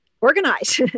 organize